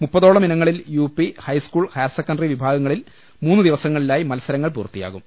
മുപ്പതോളം ഇനങ്ങളിൽ U P high school higher secondary വിഭാഗങ്ങളിൽ മൂന്ന് ദിവസങ്ങളിലായി മത്സരങ്ങൾ പൂർത്തിയാകും